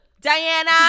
Diana